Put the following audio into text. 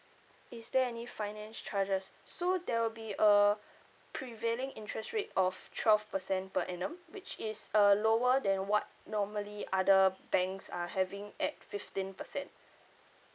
is there any finance charges so there will be a prevailing interest rate of twelve percent per annum which is uh lower than what normally other banks are having at fifteen percent